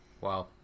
Wow